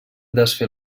desfer